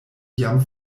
jam